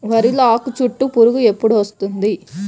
వరిలో ఆకుచుట్టు పురుగు ఎప్పుడు వస్తుంది?